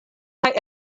kaj